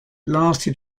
lasted